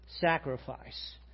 sacrifice